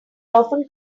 often